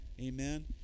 Amen